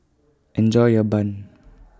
Enjoy your Bun